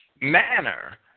manner